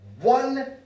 one